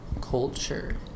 culture